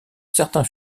certain